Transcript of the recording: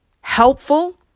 helpful